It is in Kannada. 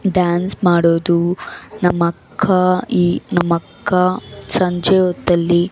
ಡ್ಯಾನ್ಸ್ ಮಾಡೋದು ನಮ್ಮಕ್ಕ ಈ ನಮ್ಮಕ್ಕ ಸಂಜೆ ಹೊತ್ನಲ್ಲಿ